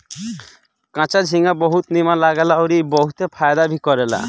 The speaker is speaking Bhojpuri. कच्चा झींगा बहुत नीमन लागेला अउरी ई बहुते फायदा भी करेला